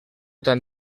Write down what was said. tan